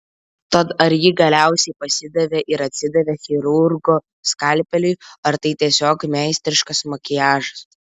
tad ar ji galiausiai pasidavė ir atsidavė chirurgo skalpeliui ar tai tiesiog meistriškas makiažas